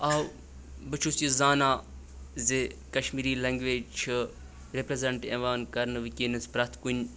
آو بہٕ چھُس یہِ زانان زِ کَشمیٖری لٮ۪نٛگویج چھِ رِپرٛٮ۪زنٛٹ یِوان کَرنہٕ وٕکٮ۪نَس پرٛٮ۪تھ کُنہِ